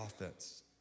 offense